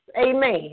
amen